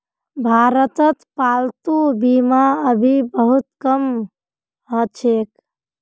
भारतत पालतू बीमा अभी बहुत कम ह छेक